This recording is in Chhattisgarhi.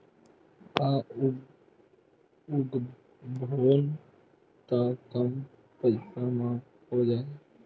का उगाबोन त कम पईसा म हो जाही?